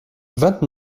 vingt